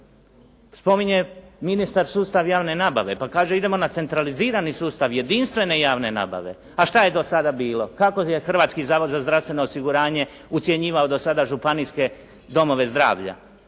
Spominje ministar sustav javne nabave pa kaže idemo na centralizirani sustav jedinstvene javne nabave, a što je do sada bilo? Kako je Hrvatski zavod za zdravstveno osiguranje ucjenjivao do sada županijske domove zdravlja?